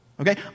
Okay